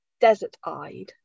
desert-eyed